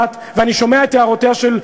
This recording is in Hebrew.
ואני שומע את הערותיה של הנגידה,